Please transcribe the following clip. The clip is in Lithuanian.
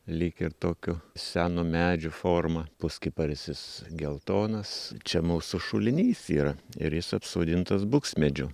lyg ir tokio seno medžio forma puskiparisis geltonas čia mūsų šulinys yra ir jis apsodintas buksmedžių